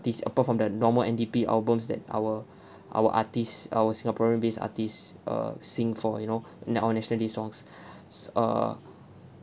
apart from the normal N_D_P albums that our our artist our singaporean based artist err sing for you know our national day songs so err